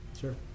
sure